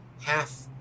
half